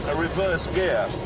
reverse gear,